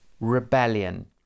rebellion